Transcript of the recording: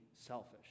selfish